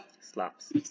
slaps